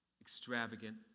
extravagant